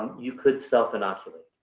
you could self-inoculate.